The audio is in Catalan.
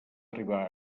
arribar